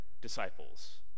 disciples